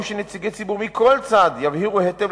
ראוי שנציגי ציבור מכל צד יבהירו היטב